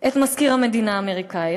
את מזכיר המדינה האמריקני.